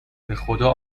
بخدا